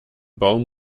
baum